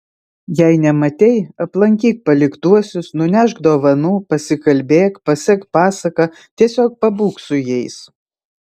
jei nematei aplankyk paliktuosius nunešk dovanų pasikalbėk pasek pasaką tiesiog pabūk su jais